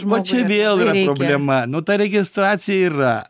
va čia vėl yra problema nu ta registracija yra